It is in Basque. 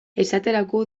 esaterako